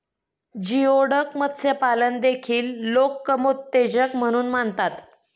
geoduck मत्स्यपालन देखील लोक कामोत्तेजक म्हणून मानतात